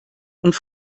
und